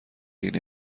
این